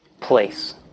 place